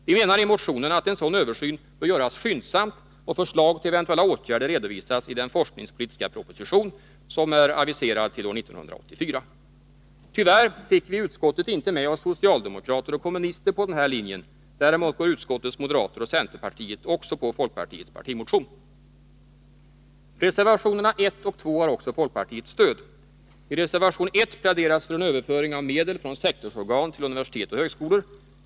Vi menar i motionen att en sådan översyn bör göras skyndsamt och förslag till eventuella åtgärder redovisas i den forskningspolitiska proposition som är aviserad till år 1984. Tyvärr fick vi iutskottet inte med oss socialdemokrater och kommunister på den här linjen. Däremot går utskottets moderater och centerpartister också på folkpartiets partimotion. Reservationerna 1 och 2 har även folkpartiets stöd. I reservation 1 pläderas för en överföring av medel från sektorsorgan till universitet och högskolor.